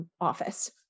office